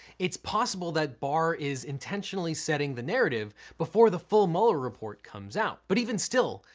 it's possible that barr is intentionally setting the narrative before the full mueller report comes out. but even still,